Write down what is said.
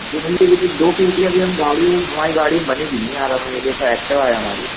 जी भैया लेकिन दो अभी हम गाड़ी में हैं हमारी गाड़ी में बनेगी नहीं यार देखो एक्टिवा है हमारी